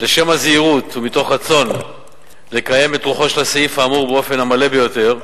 לשם הזהירות ומתוך רצון לקיים את רוחו של הסעיף האמור באופן המלא ביותר,